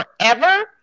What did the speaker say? forever